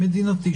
מדינתי,